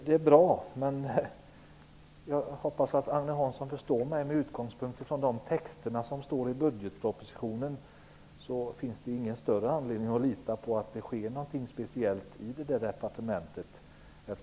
Det är bra, men jag hoppas att Agne Hansson förstår att jag, med utgångspunkt i texterna i budgetpropositionen, inte tycker att det finns någon större anledning att lita på att det sker någonting speciellt i det där departementet.